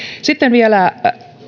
sitten vielä